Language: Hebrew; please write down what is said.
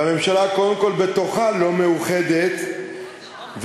והממשלה קודם כול בתוכה לא מאוחדת ולא